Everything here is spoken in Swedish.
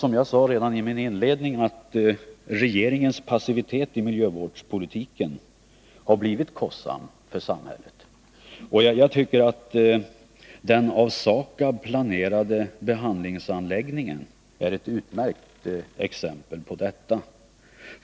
Som jag sade redan i mitt inledningsanförande har regeringens passivitet i miljövårdspolitiken blivit kostsam för samhället, och den av SAKAB planerade behandlingsanläggningen är ett utmärkt exempel på detta.